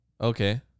Okay